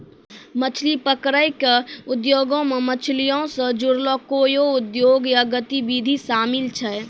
मछली पकरै के उद्योगो मे मछलीयो से जुड़लो कोइयो उद्योग या गतिविधि शामिल छै